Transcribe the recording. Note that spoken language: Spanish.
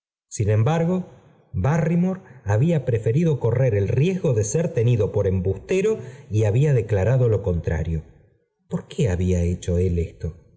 sin embargo barrymore había preferido correr el riesgo de ser tenido por embustero había declarado lo contrario por qué había heipho él esto